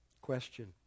Question